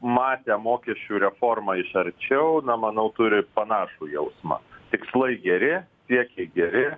matę mokesčių reformą iš arčiau na manau turi panašų jausmą tikslai geri siekiai geri